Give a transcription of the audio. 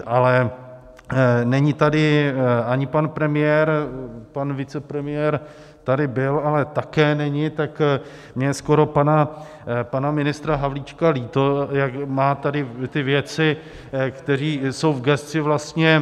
Ale není tady ani pan premiér, pan vicepremiér tady byl, ale také není, tak mně je skoro pana ministra Havlíčka líto, jak tady má ty věci, který jsou v gesci vlastně.